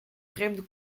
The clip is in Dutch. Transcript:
vreemde